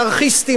אנרכיסטים,